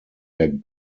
der